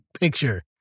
picture